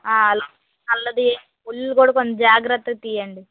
అల్ అది ముళ్ళు కూడా కొంచెం జాగ్రత్తగా తీయండి